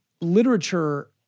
literature